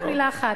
רק מלה אחת.